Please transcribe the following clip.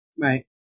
Right